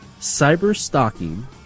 cyber-stalking